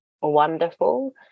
wonderful